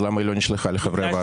אז למה לא נשלחה לחברי הוועדה?